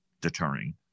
deterring